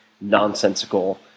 nonsensical